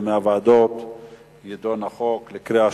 בעד, 10,